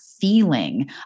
feeling